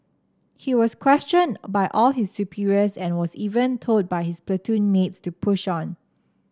he was questioned by all his superiors and was even told by his platoon mates to push on